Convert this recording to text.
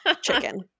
chicken